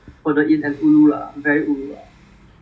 uh not very near further in like very far in